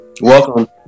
welcome